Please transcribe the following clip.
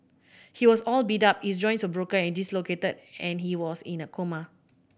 he was all beat up his joints were broken and dislocated and he was in a coma